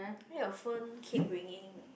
why your phone keep ringing